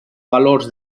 valors